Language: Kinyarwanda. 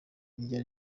iyo